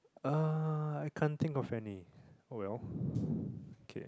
uh I can't think of any oh well okay